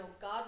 God